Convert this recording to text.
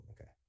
okay